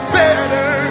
better